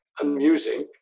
amusing